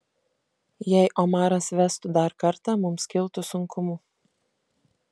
jei omaras vestų dar kartą mums kiltų sunkumų